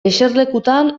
eserlekutan